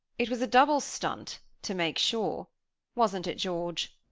it was a double stunt to make sure wasn't it, george?